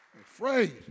Afraid